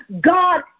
God